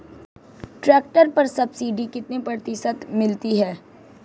Tractor पर subsidy कितने प्रतिशत मिलती है?